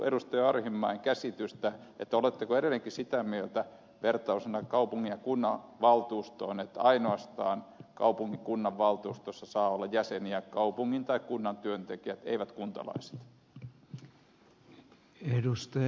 arhinmäen käsitystä siitä oletteko edelleenkin sitä mieltä vertailussa kaupungin ja kunnanvaltuustoon että kaupungin ja kunnanvaltuustossa saavat olla jäseniä ainoastaan kaupungin tai kunnan työntekijät eivät kuntalaiset